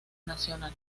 nacional